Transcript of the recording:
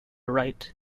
wright